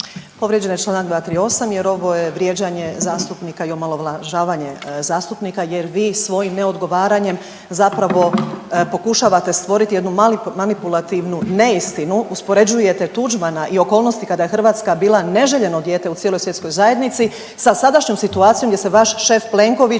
Povrijeđen je čl. 238. jer ovo je vrijeđanje zastupnika i omalovažavanje zastupnika jer vi svojim neodgovaranjem zapravo pokušavate stvoriti jednu manipulativnu neistinu, uspoređujete Tuđmana i okolnosti kada je Hrvatska bila neželjeno dijete u cijeloj svjetskoj zajednici sa sadašnjom situacijom gdje se vaš šef Plenković